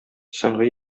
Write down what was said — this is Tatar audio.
соңгы